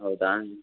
ಹೌದಾ